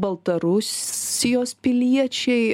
baltarusijos piliečiai